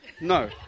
No